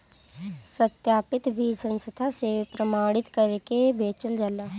सत्यापित बीज संस्था से प्रमाणित करके बेचल जाला